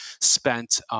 spent